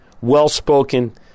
well-spoken